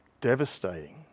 devastating